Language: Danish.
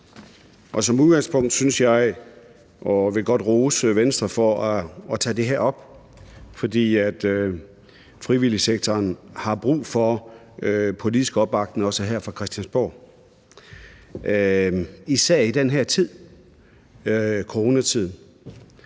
som udgangspunkt vil jeg godt rose Venstre for at tage det her op, for frivilligsektoren har brug for politisk opbakning, også her fra Christiansborg – især i den her tid, i coronatiden.